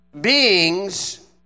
beings